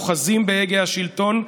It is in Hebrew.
אוחזים בהגה השלטון,